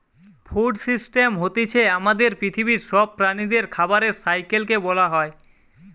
food system হতিছে আমাদের পৃথিবীর সব প্রাণীদের খাবারের সাইকেল কে বোলা হয়